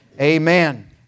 Amen